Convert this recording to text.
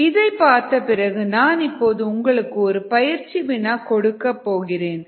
1lnxx0t0t இதைப் பார்த்த பிறகு நான் இப்போது உங்களுக்கு ஒரு பயிற்சி வினா கொடுக்கப் போகிறேன்